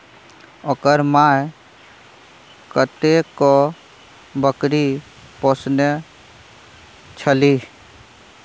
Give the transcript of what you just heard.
ओकर माइ कतेको बकरी पोसने छलीह